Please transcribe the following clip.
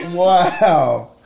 wow